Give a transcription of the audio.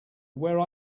where